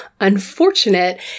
unfortunate